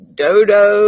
dodo